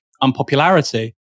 unpopularity